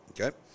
Okay